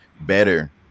better